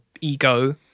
ego